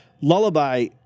lullaby